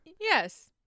Yes